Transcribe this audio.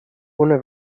ohne